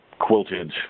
quilted